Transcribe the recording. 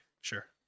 Sure